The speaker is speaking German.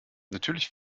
natürlich